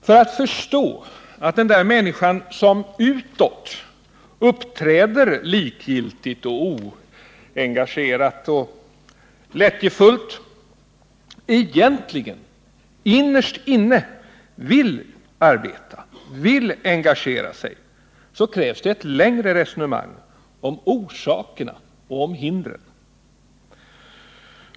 För att förstå Onsdagen den att den människa som utåt uppträder likgiltigt, oengagerat och lättjefullt 21 mars 1979 egentligen, innerst inne, vill arbeta, vill engagera sig, krävs det ett längre resonemang om orsakerna och om hindren.